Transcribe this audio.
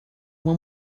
uma